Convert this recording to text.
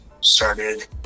started